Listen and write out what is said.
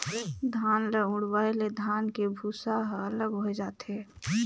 धान ल उड़वाए ले धान के भूसा ह अलग होए जाथे